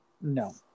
No